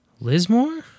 Lismore